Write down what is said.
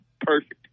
perfect